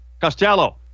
Costello